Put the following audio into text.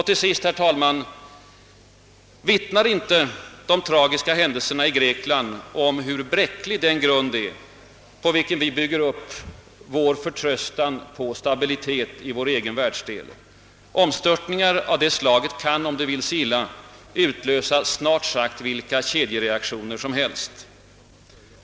Till sist, herr talman, vittnar de tragiska händelserna i Grekland om hur bräcklig den grund är på vilken vi bygger upp vår förtröstan på stabilitet i vår egen världsdel. Omstörtningar av det slaget kan — om det vill sig illa — utlösa snart sagt vilka kedjereaktioner som helst.